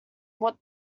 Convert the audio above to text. what